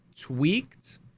tweaked